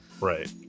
right